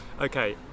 Okay